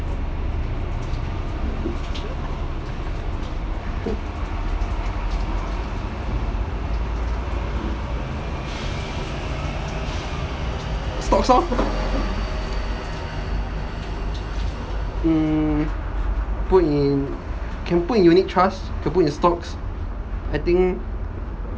stocks lor hmm can put in unit trust can put in stocks I think